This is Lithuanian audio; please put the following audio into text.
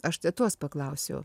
aš tetos paklausiau